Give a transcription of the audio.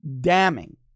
damning